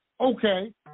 okay